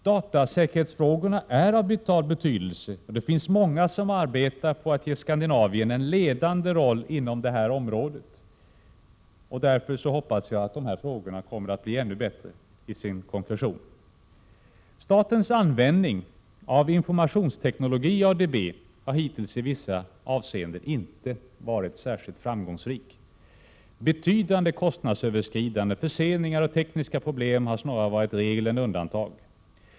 Datasäkerhetsfrågorna är av vital betydelse, och det finns många som arbetar på att ge Skandinavien en ledande roll inom det här området. Därför hoppas jag att de här frågorna kommer att bli ännu bättre i sin konkretion. Statens användning av informationsteknologi i ADB har hittills i vissa avseenden inte varit särskilt framgångrik. Betydande kostnadsöverskridanden, förseningar och tekniska problem har snarare varit regel än undantag.